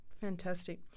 Fantastic